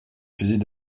fusils